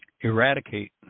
eradicate